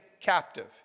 captive